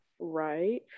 right